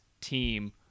team